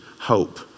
hope